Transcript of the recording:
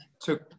Took